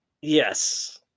Yes